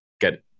get